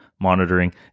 monitoring